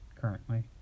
currently